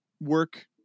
Work